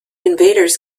invaders